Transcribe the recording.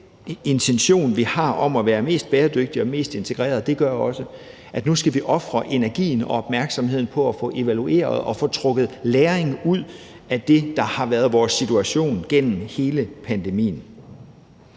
den intention, vi har om at være mest bæredygtige og mest integrerede, også gør, at vi nu skal ofre energien og opmærksomheden på at få evalueret og få trukket læring ud af det, der har været vores situation gennem hele pandemien.